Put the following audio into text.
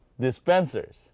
dispensers